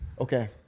Okay